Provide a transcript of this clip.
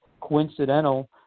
coincidental